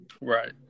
Right